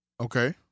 Okay